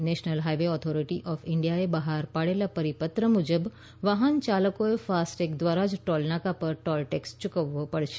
national highway authority of ઇન્ડિયાએ બહાર પાડેલા પરિપત્ર મુજબ વાહન ચાલકોએ ફાસ્ટટેગ દ્વારા જ ટોલનાકા પર ટોલ ટેક્સ ચૂકવવો પડશે